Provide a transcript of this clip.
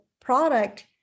product